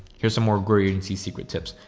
here's some more green agency secret tips.